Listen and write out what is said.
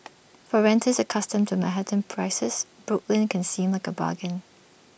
for renters accustomed to Manhattan prices Brooklyn can seem like A bargain